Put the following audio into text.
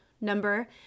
number